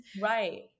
Right